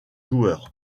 joueurs